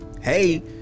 hey